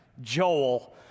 Joel